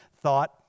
thought